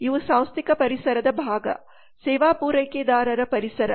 ಇವು ಸಾಂಸ್ಥಿಕ ಪರಿಸರದ ಭಾಗ ಸೇವಾ ಪೂರೈಕೆದಾರರ ಪರಿಸರ